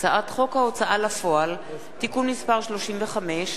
הצעת חוק ההוצאה לפועל (תיקון מס' 35),